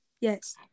yes